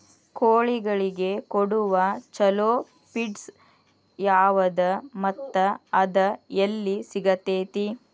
ಕೋಳಿಗಳಿಗೆ ಕೊಡುವ ಛಲೋ ಪಿಡ್ಸ್ ಯಾವದ ಮತ್ತ ಅದ ಎಲ್ಲಿ ಸಿಗತೇತಿ?